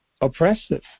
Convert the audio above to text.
oppressive